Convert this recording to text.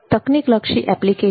તકનીક લક્ષી એપ્લિકેશન